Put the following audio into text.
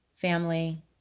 family